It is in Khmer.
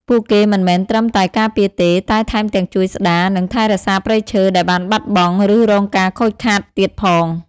ពួកគេមិនមែនត្រឹមតែការពារទេ តែថែមទាំងជួយស្ដារ និងថែរក្សាព្រៃឈើដែលបានបាត់បង់ ឬរងការខូចខាតទៀតផង។